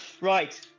Right